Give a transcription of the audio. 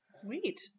Sweet